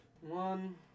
One